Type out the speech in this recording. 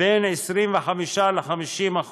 של בין 25% ל-50%,